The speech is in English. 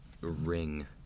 Ring